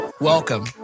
Welcome